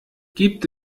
gibt